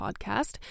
Podcast